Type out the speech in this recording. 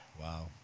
Wow